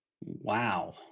Wow